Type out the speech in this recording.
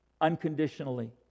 unconditionally